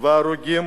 והרוגים